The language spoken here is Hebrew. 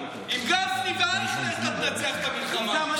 עם גפני ואייכלר אתה תנצח את המלחמה.